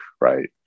right